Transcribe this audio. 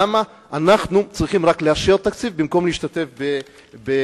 למה אנחנו צריכים רק לאשר תקציב במקום להשתתף בניהולו?